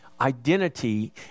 identity